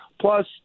Plus